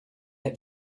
had